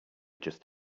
just